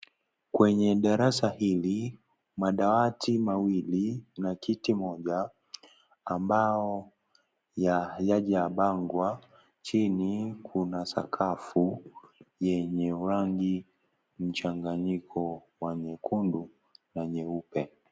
Kwenye darasa hili, madawati mawili na kiti moja, ambao hayajapangwa. Chini kuna sakafu, yenye rangi mchanganyiko wa nyekundu na nyeupe.